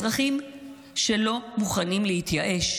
אזרחים שלא מוכנים להתייאש,